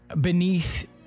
Beneath